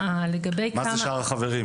מה זה שאר החברים?